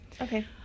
Okay